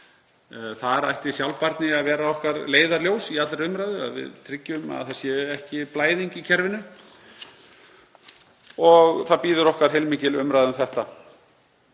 Þar ætti sjálfbærni að vera okkar leiðarljós í allri umræðu, að við tryggjum að ekki sé blæðing í kerfinu. Það bíður okkar heilmikil umræða um þetta.